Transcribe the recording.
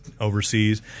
overseas